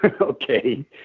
Okay